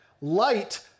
light